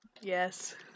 Yes